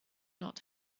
not